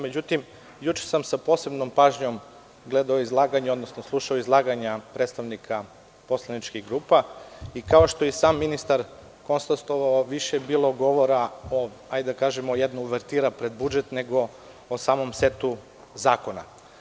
Međutim, juče sam sa posebnom pažnjom gledao izlaganje, odnosno slušao izlaganja predstavnika poslaničkih grupa i, kao što je i sam ministar konstatovao, više je bilo govora, hajde da kažem, jedna uvertira pred budžet, nego o samom setu zakona.